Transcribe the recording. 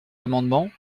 amendement